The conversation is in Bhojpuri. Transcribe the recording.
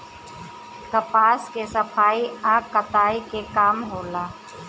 कपास के सफाई आ कताई के काम होला